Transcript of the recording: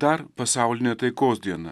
dar pasaulinė taikos diena